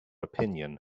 opinion